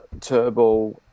Turbo